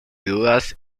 dudas